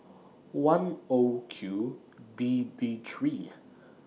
one O Q B D three